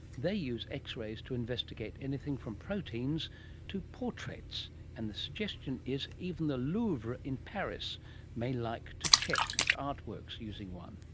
they use x-rays to investigate anything from proteins to portraits, and the suggestion is even the louvre in paris may like to check its artworks using one.